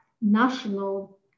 national